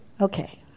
Okay